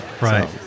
Right